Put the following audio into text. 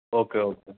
okay okay